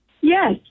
Yes